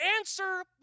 answer